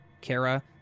Kara